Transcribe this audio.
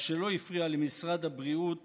מה שלא הפריע למשרד הבריאות